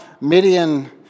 Midian